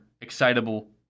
excitable